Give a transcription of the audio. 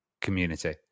community